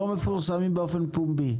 לא מפורסמים באופן פומבי?